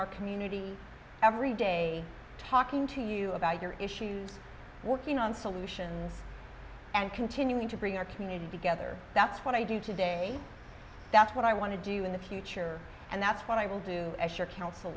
our communities every day talking to you about your issues working on solutions and continuing to bring our community together that's what i do today that's what i want to do in the future and that's what i will do as your council